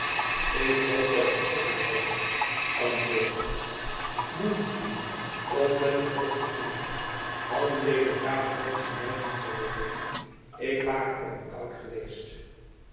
ik hoop dat het schikken zal ridder antwoordde elske moeite doende om met het hoofd te knikken hadden deze brave menschen mij niet geholpen ik ware er om koud geweest